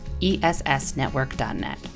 ESSnetwork.net